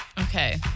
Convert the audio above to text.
Okay